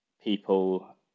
People